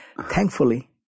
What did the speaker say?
Thankfully